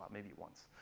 maybe once.